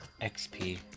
XP